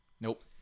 Nope